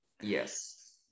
Yes